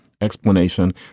explanation